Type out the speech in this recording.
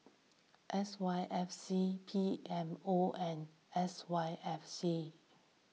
S Y F C P M O and S Y F C